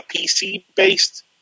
PC-based